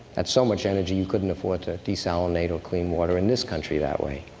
that's so much energy, you couldn't afford to desalinate or clean water in this country that way.